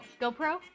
gopro